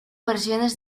versiones